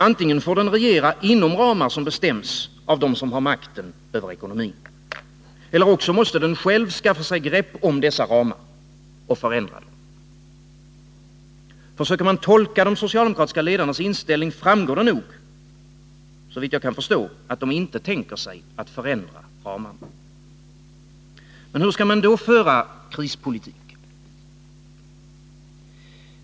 Antingen får den regera inom ramar som bestäms av dem som har makten över ekonomin, eller också måste den själv skaffa sig grepp om dessa ramar och förändra dem. Försöker man tolka de socialdemokratiska ledarnas inställning framgår det nog, såvitt jag kan förstå, att de inte tänker sig att förändra ramarna. Men hur skall man då föra krispolitik?